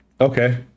Okay